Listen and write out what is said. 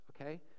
Okay